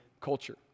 culture